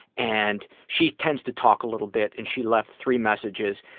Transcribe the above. and she tends to talk a little bit and she left three messages.